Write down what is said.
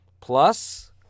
Plus